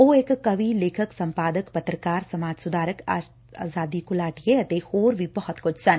ਉਹ ਇਕ ਕਵੀ ਲੇਖਕ ਸੰਪਾਦਕ ਪੱਤਰਕਾਰ ਸਮਾਜ ਸੁਧਾਰਕ ਆਜ਼ਾਦੀ ਘੁਲਾਟੀਏ ਅਤੇ ਹੋਰ ਵੀ ਬਹੁਤ ਕੁਝ ਸਨ